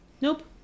Nope